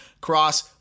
Cross